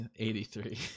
83